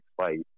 fight